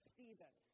Stephen